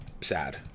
Sad